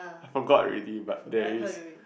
forgot already but there is